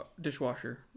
dishwasher